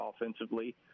offensively